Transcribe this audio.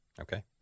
Okay